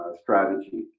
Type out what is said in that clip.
strategy